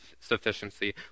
sufficiency